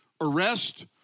Arrest